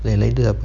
lain-lain tu siapa